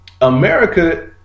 America